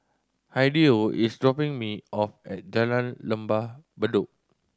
Hideo is dropping me off at Jalan Lembah Bedok